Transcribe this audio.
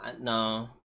No